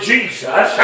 Jesus